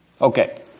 Okay